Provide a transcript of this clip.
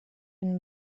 been